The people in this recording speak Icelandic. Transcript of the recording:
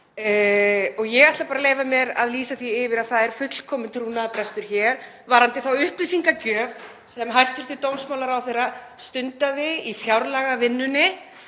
Ég ætla bara að leyfa mér að lýsa því yfir að það ríki fullkominn trúnaðarbrestur hér varðandi þá upplýsingagjöf sem hæstv. dómsmálaráðherra stundaði í fjárlagavinnunni